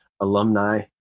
alumni